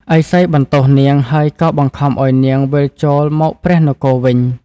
ឥសីបន្ទោសនាង ហើយក៏បង្ខំឱ្យនាងវិលចូលមកព្រះនគរវិញ។